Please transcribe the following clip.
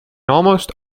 almost